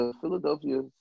Philadelphia